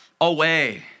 away